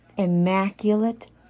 immaculate